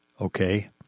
okay